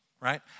right